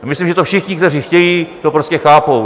Myslím, že to všichni, kteří chtějí, prostě chápou.